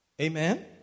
Amen